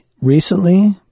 recently